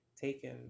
taken